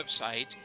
website